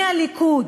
מהליכוד,